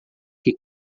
que